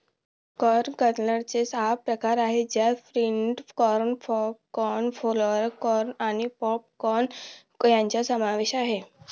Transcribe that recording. corn कर्नलचे सहा प्रकार आहेत ज्यात flint corn, pod corn, flour corn आणि पॉप कॉर्न यांचा समावेश आहे